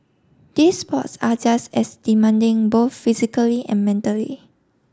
these sports are just as demanding both physically and mentally